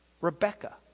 Rebecca